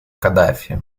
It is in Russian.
каддафи